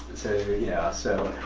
yeah so,